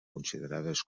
considerades